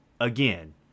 Again